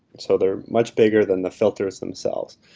so they are much bigger than the filters themselves.